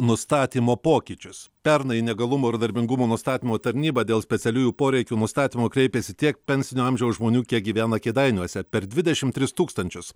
nustatymo pokyčius pernai į neįgalumo ir darbingumo nustatymo tarnybą dėl specialiųjų poreikių nustatymo kreipėsi tiek pensinio amžiaus žmonių kiek gyvena kėdainiuose per dvidešim tris tūkstančius